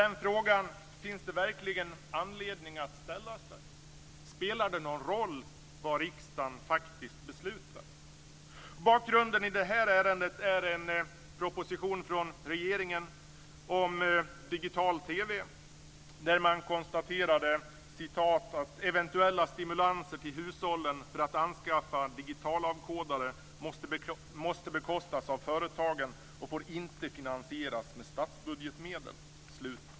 De frågorna finns det verkligen anledning att ställa sig. Spelar det någon roll vad riksdagen faktiskt beslutar? Bakgrunden till det här ärendet är en proposition från regeringen om digital-TV, där man konstaterade att "Eventuella stimulanser till hushållen för att anskaffa digitalavkodare måste bekostas av företagen och får inte finansieras med statsbudgetmedel."